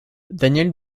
daniele